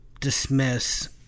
dismiss